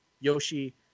Yoshi